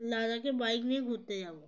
লাদাখে বাইক নিয়ে ঘুরতে যাবো